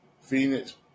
Phoenix